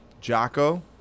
Jocko